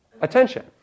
attention